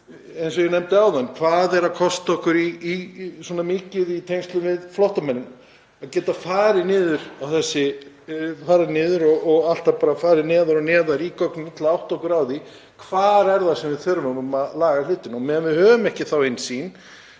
eins og ég nefndi áðan, hvað er að kosta okkur svona mikið í tengslum við flóttamenn? Að geta farið niður á þessi atriði, geta alltaf farið neðar og neðar í gögnunum til að átta okkur á því hvar það er sem við þurfum að laga hlutina. Meðan við höfum ekki þá innsýn